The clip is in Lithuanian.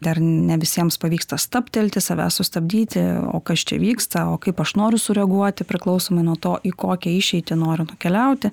dar ne visiems pavyksta stabtelti savęs sustabdyti o kas čia vyksta o kaip aš noriu sureaguoti priklausomai nuo to į kokią išeitį noriu nukeliauti